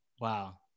Wow